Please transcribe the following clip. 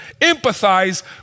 empathize